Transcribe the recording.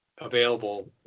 available